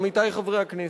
עמיתי חברי הכנסת,